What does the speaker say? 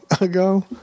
ago